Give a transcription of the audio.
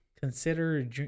Consider